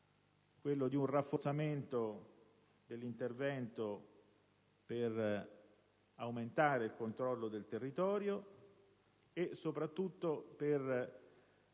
condividiamo: rafforzamento dell'intervento per aumentare il controllo del territorio e, soprattutto,